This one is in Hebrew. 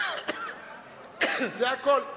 זה הכול.